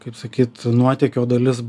kaip sakyt nuotėkio dalis